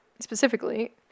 Specifically